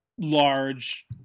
large